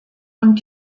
und